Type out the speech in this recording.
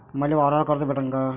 मले वावरावर कर्ज भेटन का?